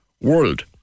world